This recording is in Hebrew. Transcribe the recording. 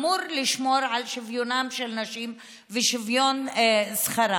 אמור לשמור על שוויונן של נשים ושוויון שכרן.